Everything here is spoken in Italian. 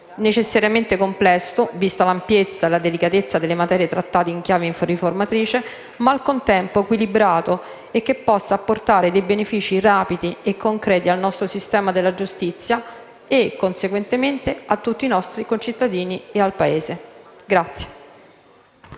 necessariamente complesso vista l'ampiezza e la delicatezza delle materie trattate in chiave riformatrice, ma al contempo equilibrato e che possa apportare dei benefici rapidi e concreti al nostro sistema della giustizia e, conseguentemente, a tutti i nostri concittadini e al Paese.